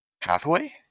Hathaway